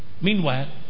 meanwhile